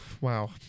wow